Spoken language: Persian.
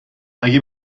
اگه